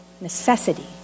necessity